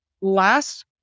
last